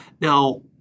Now